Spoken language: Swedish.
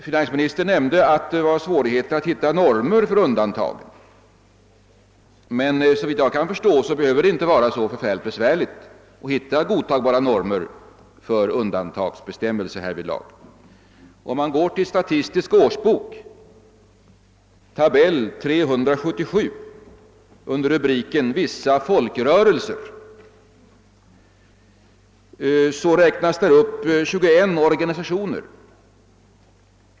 Herr Sträng sade att det var svårt att hitta normer för undantag, men såvitt jag förstår behöver det inte vara så besvärligt att hitta godtagbara normer för undantagsbestämmelser i detta fall. Om man går till Statistisk årsbok, tabell 377 under rubriken Vissa folkrörelser, så räknas där upp 21 organisationer.